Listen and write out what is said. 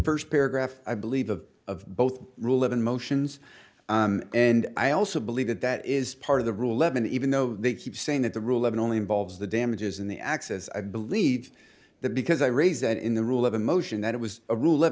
first paragraph i believe of of both rule of emotions and i also believe that that is part of the ruhleben even though they keep saying that the rule of it only involves the damages in the access i believe that because i raise that in the rule of a motion that it was a rule of